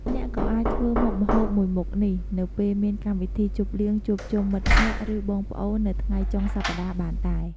អ្នកក៏អាចធ្វើមុខម្ហូបមួយមុខនេះនៅពេលមានកម្មវិធីជប់លៀងជួបជុំមិត្តភក្តិ ឬបងប្អូននៅថ្ងៃចុងសប្តាហ៍បានដែរ។